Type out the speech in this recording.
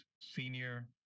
senior